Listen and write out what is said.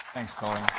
thanks colleen.